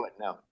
no